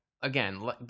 Again